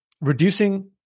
reducing